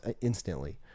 instantly